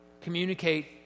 communicate